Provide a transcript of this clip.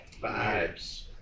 Vibes